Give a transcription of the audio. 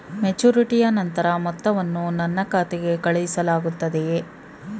ಮೆಚುರಿಟಿಯ ನಂತರ ಮೊತ್ತವನ್ನು ನನ್ನ ಖಾತೆಗೆ ಕಳುಹಿಸಲಾಗುತ್ತದೆಯೇ?